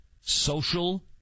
social